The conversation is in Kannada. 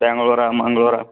ಬೆಂಗ್ಳೂರು ಮಂಗ್ಳೂರು